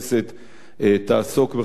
תעסוק בכך לעומק,